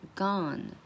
gone